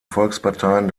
volksparteien